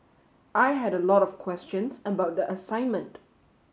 I had a lot of questions about the assignment